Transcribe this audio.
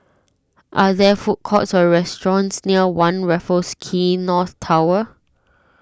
are there food courts or restaurants near one Raffles Quay North Tower